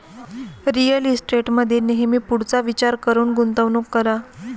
real इस्टेटमध्ये नेहमी पुढचा विचार करून गुंतवणूक करा